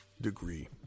degree